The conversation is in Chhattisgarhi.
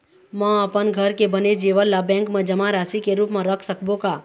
म अपन घर के बने जेवर ला बैंक म जमा राशि के रूप म रख सकबो का?